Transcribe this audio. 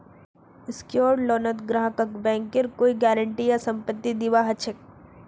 secured लोनत ग्राहकक बैंकेर कोई गारंटी या संपत्ति दीबा ह छेक